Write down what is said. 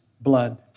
blood